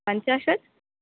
पञ्चाशत्